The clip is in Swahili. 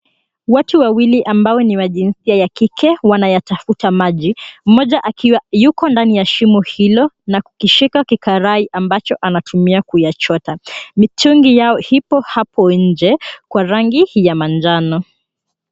Watu wawili ambao ni wa jinsia ya kike wanayatafuta maji mmoja akiwa yuko ndani ya shimo hilo na kukishika kikarai ambacho anatumia kuyachota. Mitungi yao ipo hapo nje kwa rangi ya manjano.